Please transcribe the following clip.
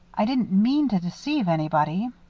i didn't mean to deceive anybody.